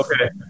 Okay